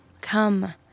Come